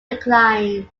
declines